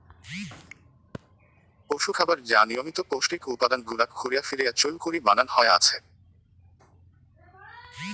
পশুখাবার যা নিয়মিত পৌষ্টিক উপাদান গুলাক ঘুরিয়া ফিরিয়া চইল করি বানান হয়া আছে